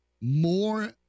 more